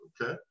Okay